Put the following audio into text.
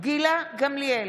גילה גמליאל,